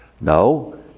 no